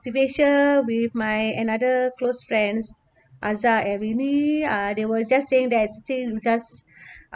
motivation with my another close friends azah and renee uh they will just saying that I still just